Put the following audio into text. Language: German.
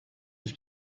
ich